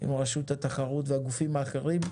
עם רשות התחרות והגופים האחרים,